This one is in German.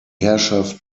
herrschaft